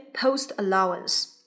post-allowance